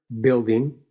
building